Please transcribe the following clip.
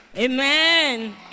amen